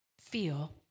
feel